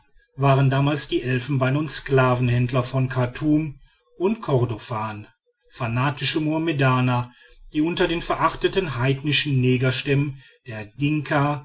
waren damals die elfenbein und sklavenhändler von chartum und kordofan fanatische mohammedaner die unter den verachteten heidnischen negerstämmen der dinka